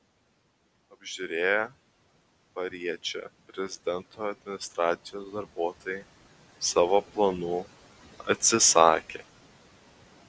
apžiūrėję pariečę prezidento administracijos darbuotojai savo planų atsisakė